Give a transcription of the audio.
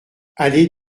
allée